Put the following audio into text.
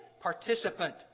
participant